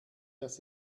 dass